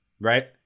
right